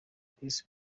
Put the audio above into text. chris